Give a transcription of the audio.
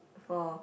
for